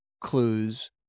clues